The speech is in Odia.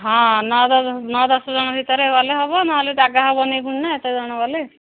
ହଁ ନଅ ନଅ ଦଶ ଜଣ ଭିତରେ ଗଲେ ହବ ନହେଲେ ଜାଗା ହବନି ଫୁଣି ନା ଏତେ ଜଣ ଗଲେ